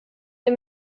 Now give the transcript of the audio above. der